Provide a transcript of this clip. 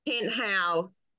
penthouse